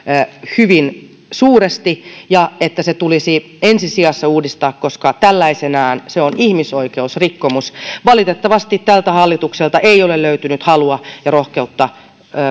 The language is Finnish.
hyvin suuresti ja että se tulisi ensi sijassa uudistaa koska tällaisenaan se on ihmisoikeusrikkomus valitettavasti tältä hallitukselta ei ole löytynyt halua ja rohkeutta